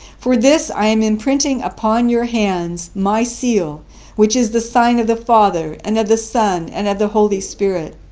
for this, i am imprinting upon your hands my seal which is the sign of the father, and of the son and of the holy spirit.